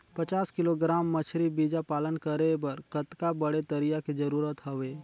पचास किलोग्राम मछरी बीजा पालन करे बर कतका बड़े तरिया के जरूरत हवय?